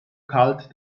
kalt